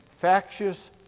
factious